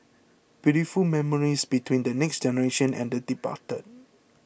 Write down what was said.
beautiful memories between the next generation and the departed